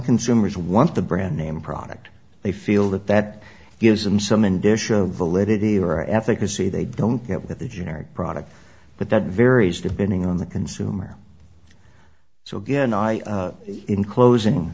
consumers want the brand name product they feel that that gives them some in dish of validity or ethic as say they don't get with the generic product but that varies depending on the consumer so again i in closing